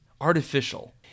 artificial